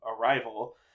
arrival